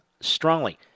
Strongly